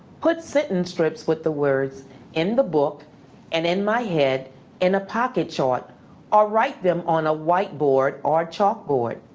put sentence strips with the words in the book and in my head in a pocket chart or write them on a whiteboard or chalkboard.